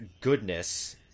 goodness